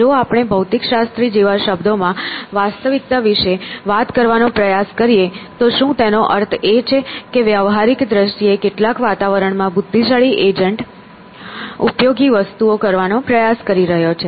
જો આપણે ભૌતિકશાસ્ત્રી જેવા શબ્દોમાં વાસ્તવિકતા વિશે વાત કરવાનો પ્રયાસ કરીએ તો શું તેનો અર્થ છે કે વ્યવહારિક દ્રષ્ટિએ કેટલાક વાતાવરણમાં બુદ્ધિશાળી એજન્ટ ઉપયોગી વસ્તુઓ કરવાનો પ્રયાસ કરી રહ્યો છે